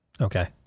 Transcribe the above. Okay